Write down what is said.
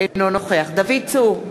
אינו נוכח דוד צור,